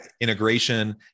integration